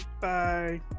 Bye